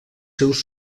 seus